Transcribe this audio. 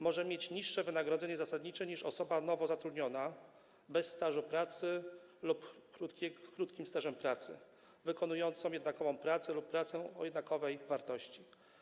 Może mieć niższe wynagrodzenie zasadnicze niż osoba nowo zatrudniona, bez stażu pracy lub z krótkim stażem pracy, wykonująca jednakową pracę lub pracę o jednakowej wartości.